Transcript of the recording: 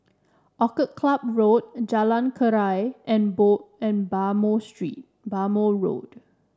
Orchid Club Road Jalan Keria and and Bhamo street Bhamo Road